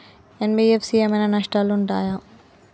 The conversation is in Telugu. ఎన్.బి.ఎఫ్.సి ఏమైనా నష్టాలు ఉంటయా?